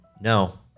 no